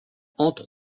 entre